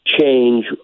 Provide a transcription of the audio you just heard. change